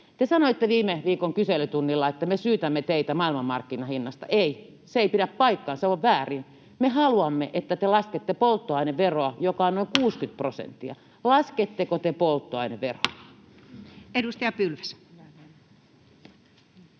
Te sanoitte viime viikon kyselytunnilla, että me syytämme teitä maailmanmarkkinahinnasta. Ei, se ei pidä paikkaansa, se on väärin. Me haluamme, että te laskette polttoaineveroa, joka on noin 60 prosenttia. Lasketteko te polttoaineveroa? [Speech 38]